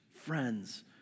friends